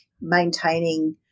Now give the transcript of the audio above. maintaining